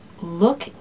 look